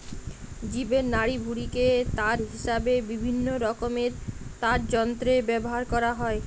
জীবের নাড়িভুঁড়িকে তার হিসাবে বিভিন্নরকমের তারযন্ত্রে ব্যাভার কোরা হয়